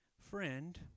Friend